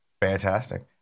Fantastic